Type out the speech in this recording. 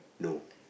no